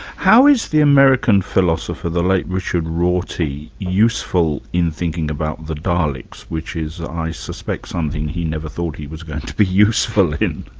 how is the american philosopher, the late richard rorty useful in thinking about the daleks which is i suspect something he never thought he was going to be useful in?